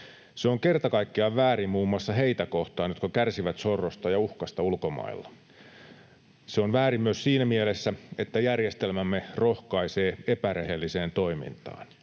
Se on kerta kaikkiaan väärin muun muassa heitä kohtaan, jotka kärsivät sorrosta ja uhkasta ulkomailla. Se on väärin myös siinä mielessä, että järjestelmämme rohkaisee epärehelliseen toimintaan.